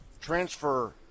transfer